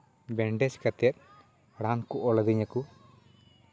bandage ᱠᱟᱛᱮ ᱨᱟᱱ ᱠᱚ ᱚᱞ ᱟᱫᱤᱧᱟᱹ ᱠᱚ